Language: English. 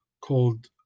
called